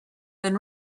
than